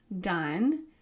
done